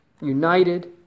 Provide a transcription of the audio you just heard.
united